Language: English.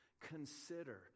consider